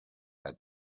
had